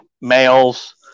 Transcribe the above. males